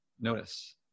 notice